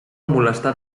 molestar